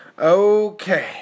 okay